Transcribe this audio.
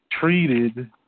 treated